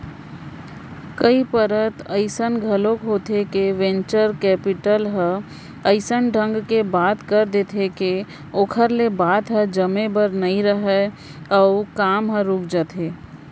कई परत अइसन घलोक होथे के वेंचर कैपिटल ह अइसन ढंग के बात रख देथे के ओखर ले बात ह जमे बर नइ धरय अउ काम ह रुक जाथे